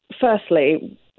firstly